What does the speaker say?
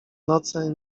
noce